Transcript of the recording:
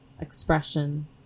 expression